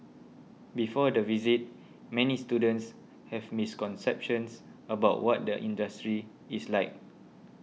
before the visit many students have misconceptions about what the industry is like